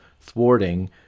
thwarting